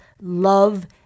love